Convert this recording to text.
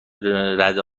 رده